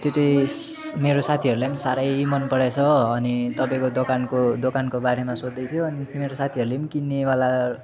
त्यो चाहिँ मेरो साथीहरूलाई पनि साह्रै मन पराएछ हो अनि तपाईँको दोकानको दोकानको बारेमा सोद्धै थियो अनि ती मेरो साथीहरूले पनि किन्नेवाला